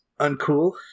uncool